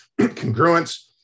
congruence